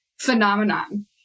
phenomenon